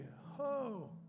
ho